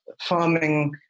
farming